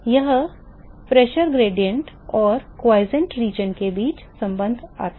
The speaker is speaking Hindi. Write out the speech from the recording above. यह दबाव प्रवणता और अचल क्षेत्र के बीच संबंध से आता है